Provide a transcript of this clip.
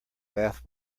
bath